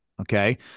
Okay